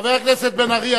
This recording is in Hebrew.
חבר הכנסת בן-ארי,